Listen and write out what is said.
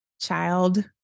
Child